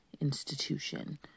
institution